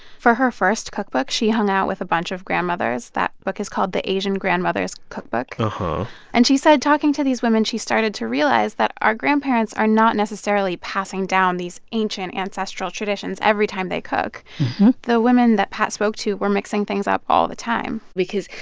for her first cookbook, she hung out with a bunch of grandmothers. that book is called the asian grandmothers cookbook. uh-huh and she said, talking to these women, she started to realize that our grandparents are not necessarily passing down these ancient, ancestral traditions every time they cook mmm hmm the women that pat spoke to were mixing things up all the time because,